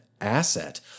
asset